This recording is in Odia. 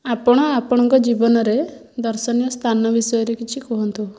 ଆପଣ ଆପଣଙ୍କ ଜୀବନରେ ଦର୍ଶନୀୟ ସ୍ଥାନ ବିଷୟରେ କିଛି କୁହନ୍ତୁ